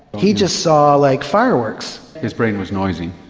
he just saw like fireworks. his brain was noisy.